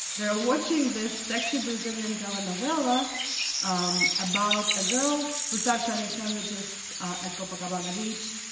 they were watching this sexy brazilian telenovela um about a girl who starts selling sandwiches at copacabana beach.